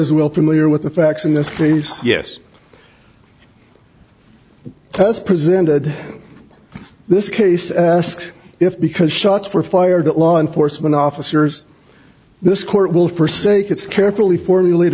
is well familiar with the facts in this case yes tess presented this case asked if because shots were fired at law enforcement officers this court will for sake it's carefully formulate